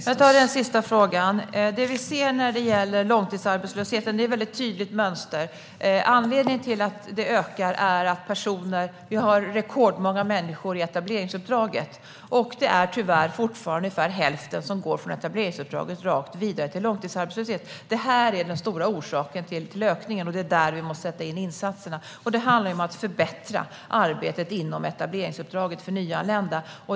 Fru talman! Jag börjar med den sista frågan. Vi ser ett väldigt tydligt mönster när det gäller långtidsarbetslösheten. Anledningen till att den ökar är att vi har rekordmånga människor i etableringsuppdraget, och det är tyvärr fortfarande ungefär hälften som går från etableringsuppdraget till långtidsarbetslöshet. Detta är den stora orsaken till ökningen, och det är här vi måste sätta in insatserna. Det handlar om att förbättra arbetet inom etableringsuppdraget för nyanlända.